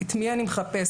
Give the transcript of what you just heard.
את מי אני מחפשת,